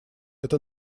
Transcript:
это